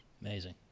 Amazing